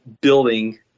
building